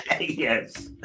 Yes